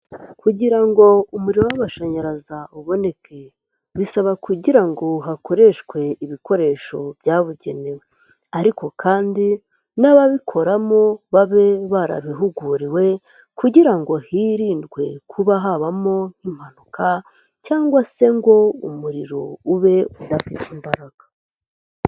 Kugira ngo umuriro w'amashanyarazi uboneke, bisaba kugira ngo hakoreshwe ibikoresho byabugenewe ariko kandi n'ababikoramo babe barabihuguriwe kugira ngo hirindwe kuba habamo impanuka cyangwa se ngo umuriro ube udafite imbaraga.